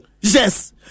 Yes